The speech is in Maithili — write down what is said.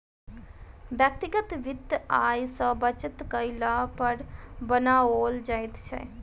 व्यक्तिगत वित्त आय सॅ बचत कयला पर बनाओल जाइत छै